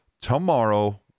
tomorrow